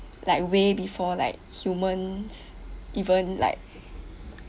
like way before like humans even like